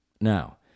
Now